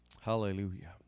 Hallelujah